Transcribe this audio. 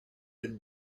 had